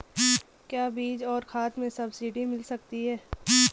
क्या बीज और खाद में सब्सिडी मिल जाती है?